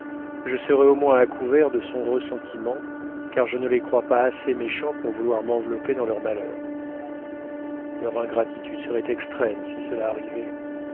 je serai au moins à couvert de son ressentiment car je ne les crois pas assez méchants pour vouloir m'envelopper dans leur malheur leur ingratitude serait extrême si cela arrivait